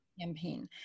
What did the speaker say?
campaign